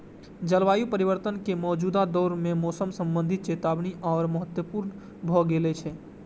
जलवायु परिवर्तन के मौजूदा दौर मे मौसम संबंधी चेतावनी आर महत्वपूर्ण भए गेल छै